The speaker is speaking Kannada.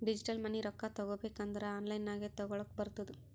ಡಿಜಿಟಲ್ ಮನಿ ರೊಕ್ಕಾ ತಗೋಬೇಕ್ ಅಂದುರ್ ಆನ್ಲೈನ್ ನಾಗೆ ತಗೋಲಕ್ ಬರ್ತುದ್